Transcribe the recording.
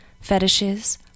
fetishes